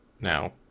Now